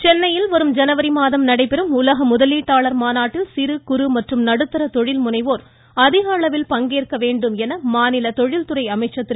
சம்பத் சென்னையில் வரும் ஜனவரி மாதம் நடைபெறும் உலக முதலீட்டாளர் மாநாட்டில் சிறு குறு மற்றும் நடுத்தர தொழில் முனைவோர் அதிக அளவில் பங்கேற்க முன்வர வேண்டும் என்று மாநில தொழில் துறை அமைச்சர் திரு